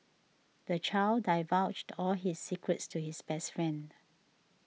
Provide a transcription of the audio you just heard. the child divulged all his secrets to his best friend